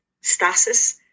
stasis